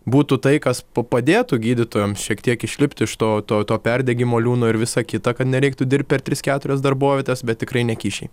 būtų tai kas pa padėtų gydytojams šiek tiek išlipti iš to to perdegimo liūno ir visa kita kad nereiktų dirbt per tris keturias darbovietes bet tikrai ne kyšiai